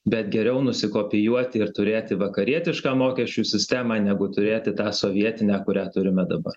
bet geriau nusikopijuoti ir turėti vakarietišką mokesčių sistemą negu turėti tą sovietinę kurią turime dabar